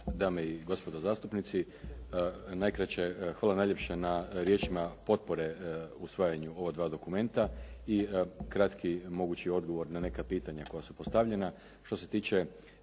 Dame i gospodo zastupnici. Najkraće hvala najljepša na riječima potpore u usvajanju ova dva dokumenta i kratki mogući odgovor na neka pitanja koja su postavljena. Što se tiče